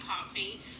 coffee